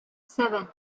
seven